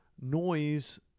noise